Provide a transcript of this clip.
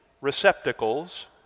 receptacles